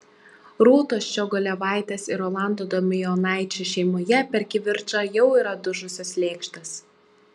rūtos ščiogolevaitės ir rolando damijonaičio šeimoje per kivirčą jau yra dužusios lėkštės